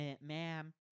ma'am